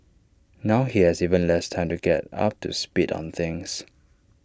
now he has even less time to get up to speed on things